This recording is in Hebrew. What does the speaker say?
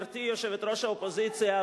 גברתי יושבת-ראש האופוזיציה,